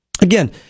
Again